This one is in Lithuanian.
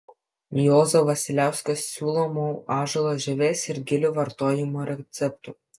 juozo vasiliausko siūlomų ąžuolo žievės ir gilių vartojimo receptų